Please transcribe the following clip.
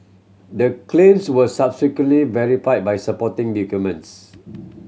the claims were subsequently verified by supporting documents